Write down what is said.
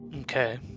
Okay